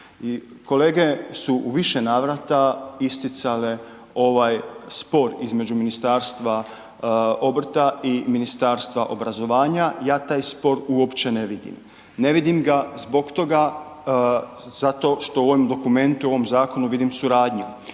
kolege su u više navrata isticale ovaj spor između Ministarstva obrta i Ministarstva obrazovanja. Ja taj spor uopće ne vidim, ne vidim ga zbog toga zato što u ovom dokumentu i ovom zakonu vidim suradnju.